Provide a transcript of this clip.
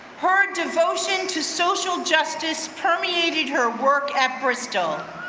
her devotion to social justice permeated her work at bristol.